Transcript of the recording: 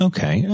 Okay